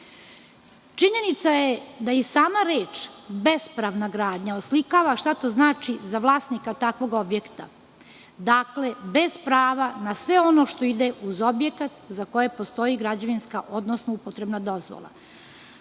primer. Činjenica je da i sama reč bespravna gradnja oslikava šta to znači za vlasnika takvog objekta. Dakle, bez prava na sve ono što ide uz objekat za koje postoji građevinska, odnosno upotrebna dozvola.